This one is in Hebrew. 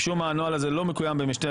משום מה הנוהל הזה לא מקוים במשטרת